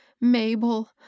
Mabel